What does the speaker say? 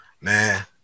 man